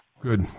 Good